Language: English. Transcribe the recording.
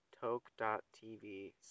Toke.tv